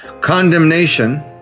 condemnation